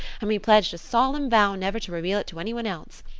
and we pledged a solemn vow never to reveal it to anyone else.